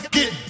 get